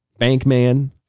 Bankman